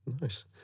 Nice